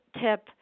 tip